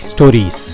Stories